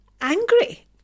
angry